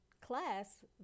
class